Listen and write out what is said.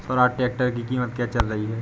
Swaraj tractor की कीमत क्या चल रही है?